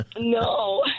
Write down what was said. No